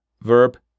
verb